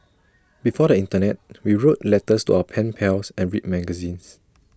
before the Internet we wrote letters to our pen pals and read magazines